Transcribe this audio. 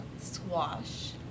Squash